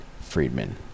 Friedman